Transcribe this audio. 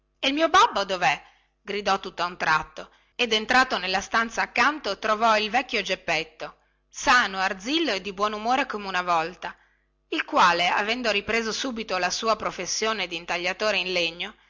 e il mio babbo dovè gridò tutta un tratto ed entrato nella stanza accanto trovò il vecchio geppetto sano arzillo e di buonumore come una volta il quale avendo ripreso subito la sua professione dintagliatore in legno